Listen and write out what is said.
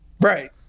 Right